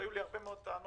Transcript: והיו לי הרבה טענות